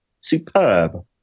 Superb